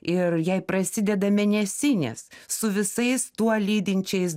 ir jai prasideda mėnesinės su visais tuo lydinčiais